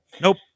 Nope